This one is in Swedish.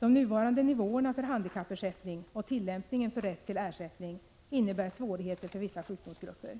De nuvarande nivåerna för handikappersättning och tillämpningen för rätt till ersättning innebär svårigheter för vissa sjukdomsgrupper.